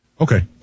Okay